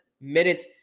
minutes